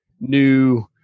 new